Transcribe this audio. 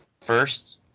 first